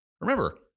Remember